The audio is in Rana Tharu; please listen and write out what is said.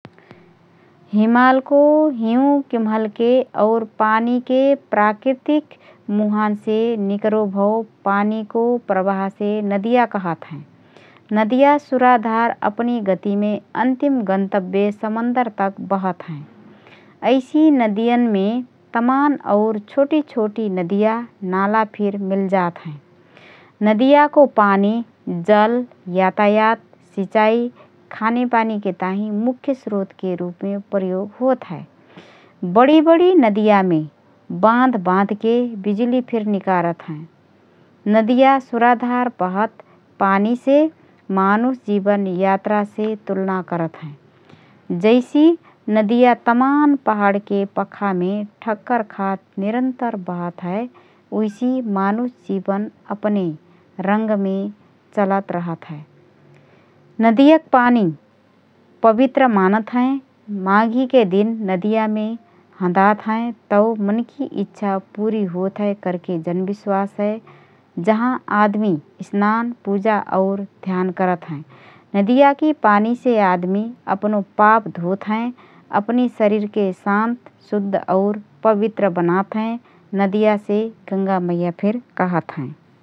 हिमालको हिउँ किम्हलके और पानीके प्राकृतिक मुहानसे निकरो भओ पानीको प्रवाहसे नदिया कहत हएँ । नदिया सुराधार अपनि गतिमे अन्तिम गन्तव्य समन्दरतक बहत हएँ । ऐसि नदियनमे तमान और छोटी छोटी नदिया, नाला फिर मिलतजात हएँ । नदियाको पानी जल यातायात, सिँचाइ, खानेपानीके ताहिँ मुख्य स्रोतके रूपमे प्रयोग होत हए । बडी बडी नदियामे बाँध बाँधके बिजुली फिर निकारत हएँ । नदिया सुराधार बहत पानीसे मानुष जीवन यात्रासे तुलना करत हएँ । जैसी नदिया तमान पहाडके पखामे ठक्कर खात निरन्तर बहत हए, उइसि मानुष जीवन अपने रङ्गमे चलतरहत हएँ । नदियक पानी पवित्र मानत हएँ । माघिके दिन नदियामे हँदात हएँ तओ मनकी इच्छा पुरी होतहए करके जनविश्वास हए । जहाँ आदमी स्नान, पूजा और ध्यान करत हएँ । नदियाकी पानीसे आदमी अपनो पाप धोतहएँ । अपनि शरीरके शान्त, शुद्ध और पवित्र बनात हएँ । नदियासे गंगा मैया फिर कहतहएँ ।